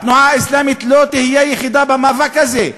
התנועה האסלאמית לא תהיה היחידה במאבק הזה.